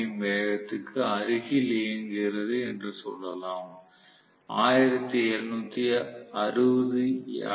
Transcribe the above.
M வேகத்திற்கு அருகில் இயங்குகிறது என்று சொல்லலாம் 1760 ஆர்